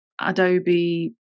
Adobe